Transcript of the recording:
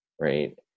right